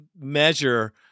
measure